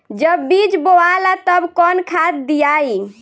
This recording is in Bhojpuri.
जब बीज बोवाला तब कौन खाद दियाई?